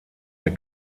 der